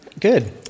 Good